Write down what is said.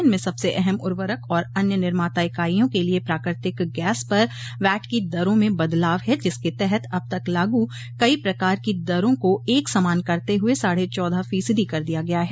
इनमें सबसे अहम उर्वरक और अन्य निर्माता इकाईयों के लिए प्राकृतिक गैस पर वैट की दरों में बदलाव है जिसके तहत अब तक लागू कई प्रकार की दरों को एक समान करते हुए साढ़े चौदह फीसदी कर दिया गया है